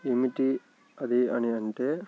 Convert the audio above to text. ఏమిటి అది అని అంటే